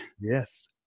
Yes